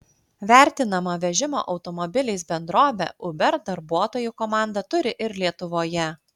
vertinama vežimo automobiliais bendrovė uber darbuotojų komandą turi ir lietuvoje